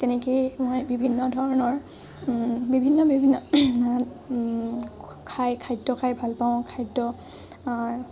তেনেকেই মই বিভিন্ন ধৰণৰ বিভিন্ন বিভিন্ন খাই খাদ্য খাই ভাল পাওঁ খাদ্য